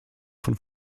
von